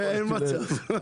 אין מצב.